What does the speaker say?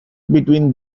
between